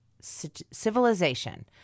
civilization